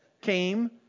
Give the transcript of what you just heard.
came